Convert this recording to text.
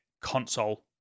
console